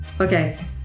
Okay